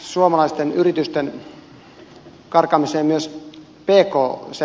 suomalaisten yritysten karkaamiseen myös pk sektorilla